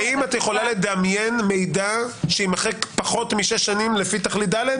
האם את יכולה לדמיין מידע שיימחק פחות משש שנים לפי תכלית (ד)?